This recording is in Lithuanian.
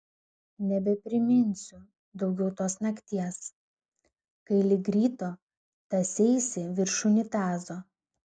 nebepriminsiu daugiau tos nakties kai lig ryto tąseisi virš unitazo